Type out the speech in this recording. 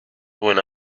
when